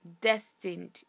destined